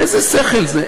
איזה שכל זה?